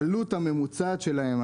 העלות הממוצעת שלהם,